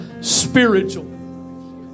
spiritual